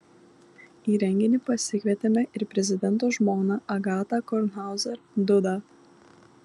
į renginį pasikvietėme ir prezidento žmoną agatą kornhauzer dudą